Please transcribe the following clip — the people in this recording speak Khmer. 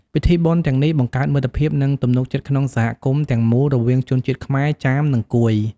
ពិធីបុណ្យទាំងនេះបង្កើតមិត្តភាព និងទំនុកចិត្តក្នុងសហគមន៍ទាំងមូលរវាងជនជាតិខ្មែរ ចាម និងកួយ។